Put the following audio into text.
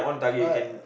but